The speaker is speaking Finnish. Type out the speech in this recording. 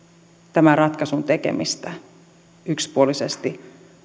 tämän ratkaisun tekemistä yksipuolisesti